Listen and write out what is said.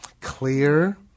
clear